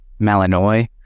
malinois